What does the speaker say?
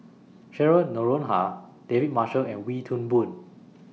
Cheryl Noronha David Marshall and Wee Toon Boon